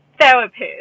therapist